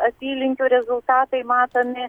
apylinkių rezultatai matomi